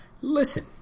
listen